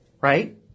right